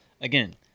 again